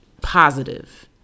positive